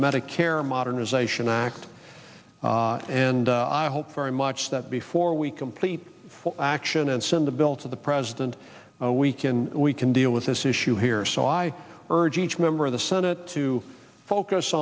medicare modernization act and i hope very much that before we complete action and send the bill to the president we can we can deal with this issue here so i urge each member of the senate to focus